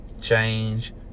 change